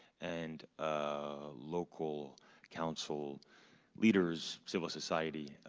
and ah local council leaders, civil society,